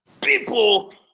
people